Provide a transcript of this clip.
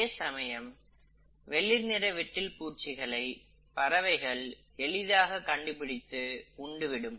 அதேசமயம் வெளிர் நிற விட்டில் பூச்சிகளை பறவைகள் எளிதாக கண்டுபிடித்து உண்டு விடும்